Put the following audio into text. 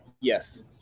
Yes